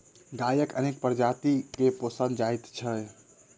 गायक अनेक प्रजाति के पोसल जाइत छै